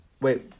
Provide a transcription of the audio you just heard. Wait